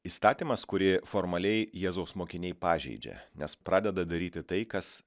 įstatymas kuri formaliai jėzaus mokiniai pažeidžia nes pradeda daryti tai kas